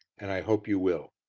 and i hope you will.